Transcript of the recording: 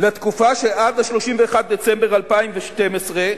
לתקופה שעד 31 בדצמבר 2012,